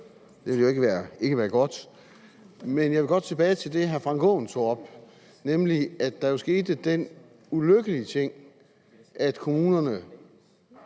Det ville jo ikke være godt. Jeg vil godt tilbage til det, hr. Frank Aaen tog op, nemlig, at der jo skete den ulykkelige ting, at kommunerne